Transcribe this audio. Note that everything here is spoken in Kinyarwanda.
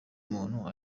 umuntu